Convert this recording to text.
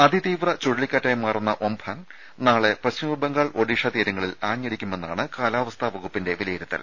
അതി തീവ്ര ചുഴലിക്കാറ്റായി മാറുന്ന ഒം ഫാൻ നാളെ പശ്ചിമബംഗാൾ ഒഡീഷ തീരങ്ങളിൽ ആഞ്ഞടിക്കുമെന്നാണ് കാലാവസ്ഥാ വകുപ്പിന്റെ വിലയിരുത്തൽ